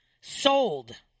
Sold